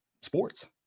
sports